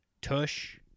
Tush